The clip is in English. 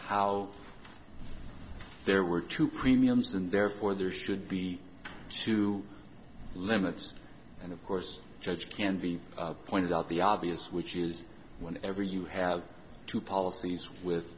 how there were two premiums and therefore there should be two limits and of course judge can be pointed out the obvious which is what every you have to policies with